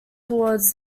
towards